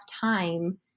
time